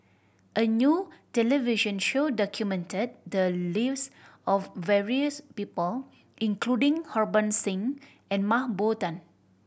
a new television show documented the lives of various people including Harbans Singh and Mah Bow Tan